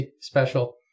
special